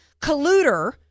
colluder